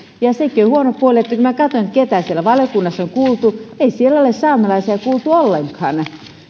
ja sekin on huono puoli että kun minä katsoin keitä siellä valiokunnassa on kuultu niin ei siellä ole saamelaisia kuultu ollenkaan